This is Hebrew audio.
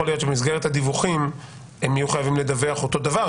יכול להיות שבמסגרת הדיווחים הם יהיו חייבים לדווח אותו דבר,